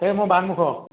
এই মোৰ বানমুখৰ